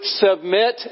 submit